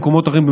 במקומות אחרים,